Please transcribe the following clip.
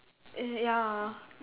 eh ya